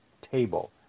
table